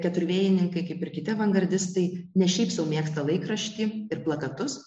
keturvėjininkai kaip ir kiti avangardistai ne šiaip sau mėgsta laikraštį ir plakatus